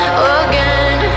again